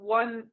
one